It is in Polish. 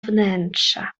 wnętrza